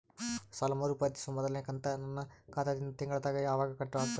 ಸಾಲಾ ಮರು ಪಾವತಿಸುವ ಮೊದಲನೇ ಕಂತ ನನ್ನ ಖಾತಾ ದಿಂದ ತಿಂಗಳದಾಗ ಯವಾಗ ಕಟ್ ಆಗತದ?